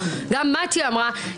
גם מטי אמרה,